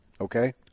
Okay